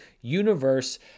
universe